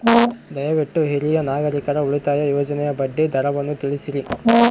ದಯವಿಟ್ಟು ಹಿರಿಯ ನಾಗರಿಕರ ಉಳಿತಾಯ ಯೋಜನೆಯ ಬಡ್ಡಿ ದರವನ್ನು ತಿಳಿಸ್ರಿ